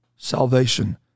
Salvation